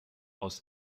aus